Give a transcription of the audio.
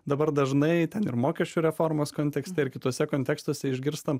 dabar dažnai ten ir mokesčių reformos kontekste ir kituose kontekstuose išgirstam